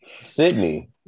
Sydney